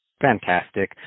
Fantastic